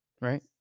Right